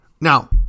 Now